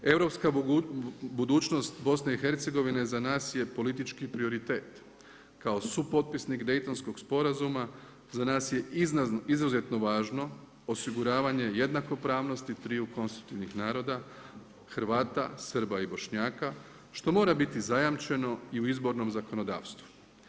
Europska budućnost BIH za nas je politički prioritet, kao supotpisnik Dejtonskog sporazuma za nas je izuzetno važno, osiguravanje jednako pravosti triju konstitutivnih naroda Hrvata, Srba i Bošnjaka, što mora biti zajamčeno i u izbornom zakonodavstvu.